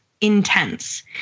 intense